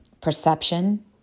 perception